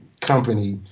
company